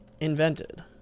invented